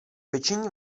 pečení